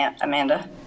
Amanda